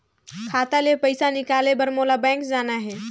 खाता ले पइसा निकाले बर मोला बैंक जाना हे?